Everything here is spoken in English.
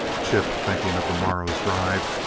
chip, thinking of the morrow's drive,